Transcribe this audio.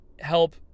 help